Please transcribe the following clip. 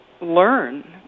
learn